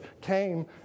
came